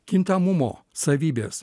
kintamumo savybės